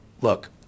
look